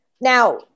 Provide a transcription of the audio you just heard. Now